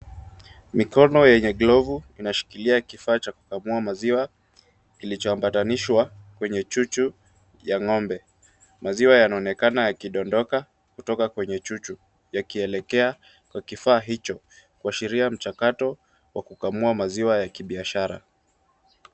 Mikono yenye glovu inashikilia kifaa cha kukamua maziwa, kilichoambatanishwa kwenye chuchu ya ng'ombe. Maziwa yanaonekana yakidondoka kutoka kwenye chuchu yakielekea kwa kifaa hicho kuashiria mchakato wa kukamua maziwa ya kibiashara.